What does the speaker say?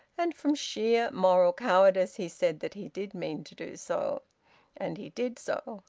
and from sheer moral cowardice he said that he did mean to do so and he did so,